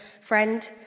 Friend